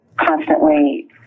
constantly